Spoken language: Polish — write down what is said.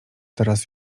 teraz